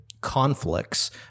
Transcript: conflicts